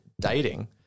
dating